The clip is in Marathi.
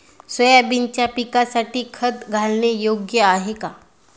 सोयाबीनच्या पिकासाठी खत घालणे योग्य आहे का?